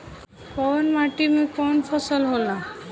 कवन माटी में कवन फसल हो ला?